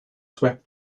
swept